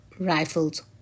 rifles